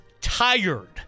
tired